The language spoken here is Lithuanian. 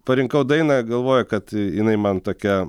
parinkau dainą galvoju kad jinai man tokia